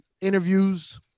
interviews